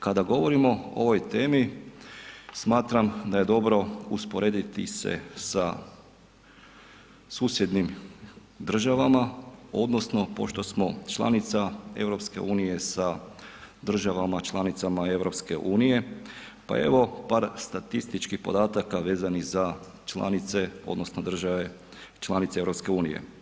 Kada govorimo o ovoj temi, smatram da je dobro usporediti se sa susjednim državama, odnosno pošto smo članica EU sa državama članicama EU pa evo par statističkih podataka vezanih za članice, odnosno države članice EU.